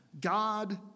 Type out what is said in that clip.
God